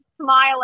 smiling